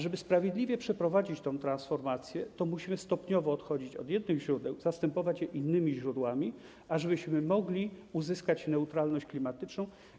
Żeby sprawiedliwie przeprowadzić tę transformację, musimy stopniowo odchodzić od jednych źródeł i zastępować je innymi źródłami, tak żebyśmy mogli uzyskać neutralność klimatyczną.